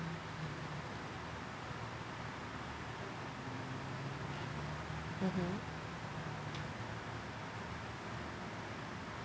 mmhmm